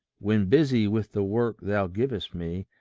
when busy with the work thou givest me,